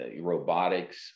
robotics